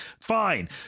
fine